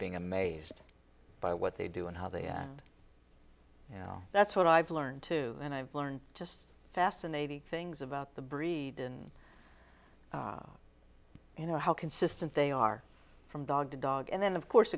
being amazed by what they do and how they are and you know that's what i've learned too and i've learned just fascinating things about the breed and you know how consistent they are from dog to dog and then of course